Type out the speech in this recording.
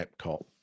Epcot